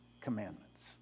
commandments